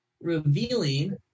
revealing